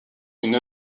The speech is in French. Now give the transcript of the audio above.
une